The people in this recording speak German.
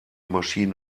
maschinen